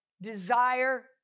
desire